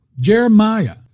Jeremiah